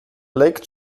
lake